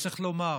צריך לומר,